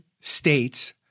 states